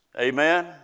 Amen